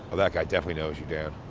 that guy definitely knows you, dan.